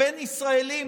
בין ישראלים,